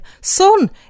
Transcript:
Son